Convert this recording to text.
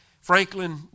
Franklin